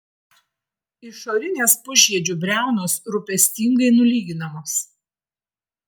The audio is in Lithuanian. išorinės pusžiedžių briaunos rūpestingai nulyginamos